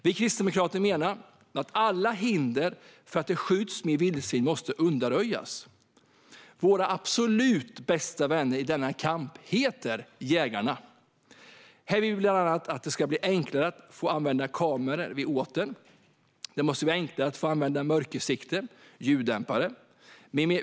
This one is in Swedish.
Vi i Kristdemokraterna menar att alla hinder för att det skjuts mer vildsvin måste undanröjas. Våra absolut bästa vänner i denna kamp är jägarna. Vi vill bland annat att det ska bli enklare att få använda kamera vid åtlar. Det måste även bli enklare att få använda mörkersikte och ljuddämpare.